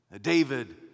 David